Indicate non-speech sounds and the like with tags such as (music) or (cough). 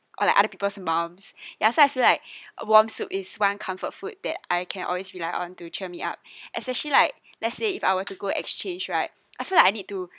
or like other people's moms (breath) ya so I feel like a warm soup is one comfort food that I can always rely on to cheer me up (breath) especially like let's say if I were to go exchange right I feel like I need to